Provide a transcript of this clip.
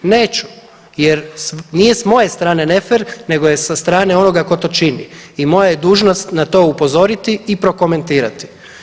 Neću, jer nije s moje strane ne fer nego je sa strane onoga ko to čini i moja je dužnost na to upozoriti i prokomentirati.